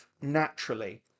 naturally